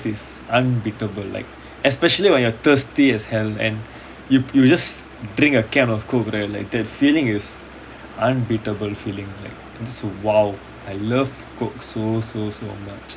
is unbeatable like especially when you are thirsty as hell and you you just drink a can of coke right that feel is unbeatable feeling like !wow! I love coke so so so much